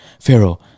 Pharaoh